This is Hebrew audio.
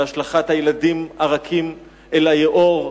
בהשלכת הילדים הרכים אל היאור,